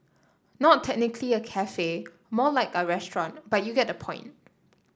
not technically a cafe more like a restaurant but you get the point